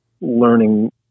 learning